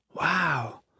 Wow